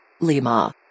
Lima